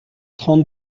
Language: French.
trente